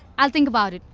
i'll think about it.